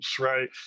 right